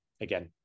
again